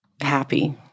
happy